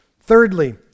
Thirdly